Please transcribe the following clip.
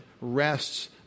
rests